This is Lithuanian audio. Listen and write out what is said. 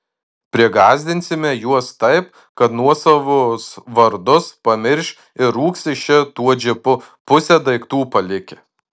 prigąsdinsime juos taip kad nuosavus vardus pamirš ir rūks iš čia tuo džipu pusę daiktų palikę